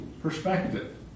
perspective